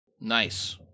Nice